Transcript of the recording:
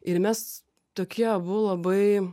ir mes tokie abu labai